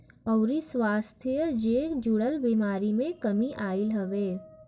अउरी स्वास्थ्य जे जुड़ल बेमारी में कमी आईल हवे